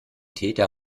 täter